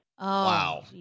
Wow